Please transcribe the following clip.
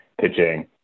pitching